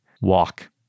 walk